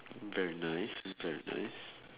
very nice is very nice